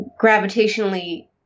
gravitationally